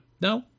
no